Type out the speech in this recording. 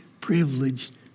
privileged